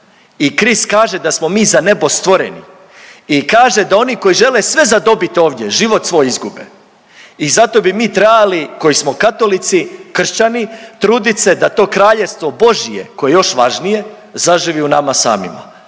i Krist kaže da smo mi za nebo stvoreni i kaže da oni koji žele sve za dobit ovdje, život svoj izgube i zato bi mi trebali koji smo katolici, kršćani, trudit se da to kraljevstvo Božje koje je još važnije, zaživi u nama samima,